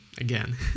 again